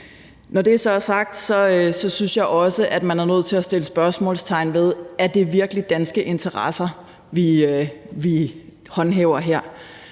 Når det så er sagt, synes jeg også, at man er nødt til at sætte spørgsmålstegn ved, om det virkelig er danske interesser, vi håndhæver her.